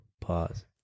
Pause